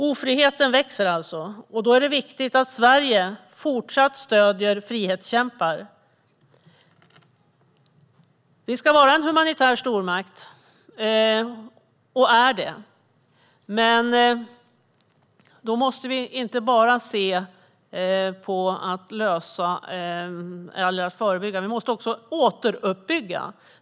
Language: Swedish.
Ofriheten växer alltså. Då är det viktigt att Sverige fortsatt stöder frihetskämpar. Vi ska vara en humanitär stormakt och är det. Men då kan vi inte bara arbeta förebyggande, utan vi måste också återuppbygga.